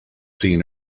seen